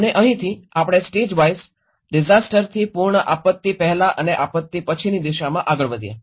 અને અહીંથી આપણે સ્ટેજવાઇઝ ડિઝાસ્ટરથી પૂર્વ આપત્તિ પહેલા અને આપત્તિ પછીની દિશામાં આગળ વધ્યાં